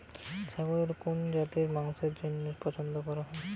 ছাগলের কোন জাতের মাংসের জন্য পছন্দ করা হয়?